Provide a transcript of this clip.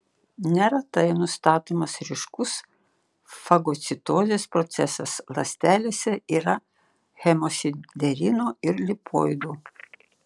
neretai nustatomas ryškus fagocitozės procesas ląstelėse yra hemosiderino ir lipoidų